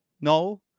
No